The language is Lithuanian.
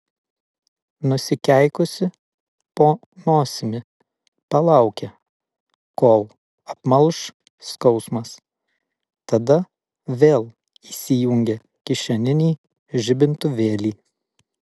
nusikeikusi po nosimi palaukė kol apmalš skausmas tada vėl įsijungė kišeninį žibintuvėlį